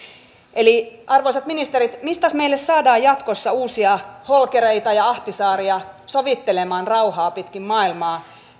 arvoisat ministerit mistäs meille saadaan jatkossa uusia holkereita ja ahtisaaria sovittelemaan rauhaa pitkin maailmaa